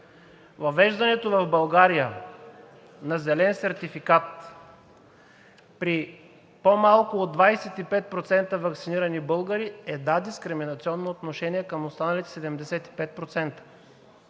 въвеждането в България на зелен сертификат при по-малко от 25% ваксинирани българи е, да, дискриминационно отношение към останалите 75%.